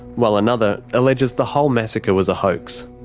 while another alleges the whole massacre was a hoax.